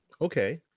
Okay